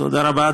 תודה רבה,